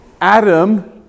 Adam